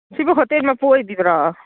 ꯁꯤꯕꯨ ꯍꯣꯇꯦꯜ ꯃꯄꯨ ꯑꯣꯏꯕꯤꯕ꯭ꯔꯣ